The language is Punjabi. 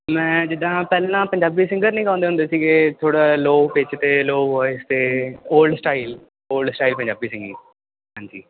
ਮੈਂ ਜਿੱਦਾਂ ਪਹਿਲਾਂ ਪੰਜਾਬੀ ਸਿੰਗਰ ਨਹੀਂ ਗਾਉਂਦੇ ਹੁੰਦੇ ਸੀਗੇ ਥੋੜ੍ਹਾ ਲੋਅ ਪਿੱਚ 'ਤੇ ਲੋਅ ਬੇਸ 'ਤੇ old style old style Punjabi singing ਹਾਂਜੀ